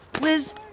Liz